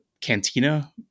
cantina